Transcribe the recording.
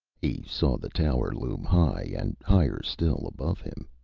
he saw the tower loom high and higher still above him.